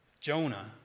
Jonah